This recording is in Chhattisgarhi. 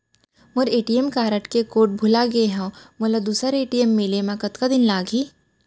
मोर ए.टी.एम कारड के कोड भुला गे हव, मोला दूसर ए.टी.एम मिले म कतका दिन लागही?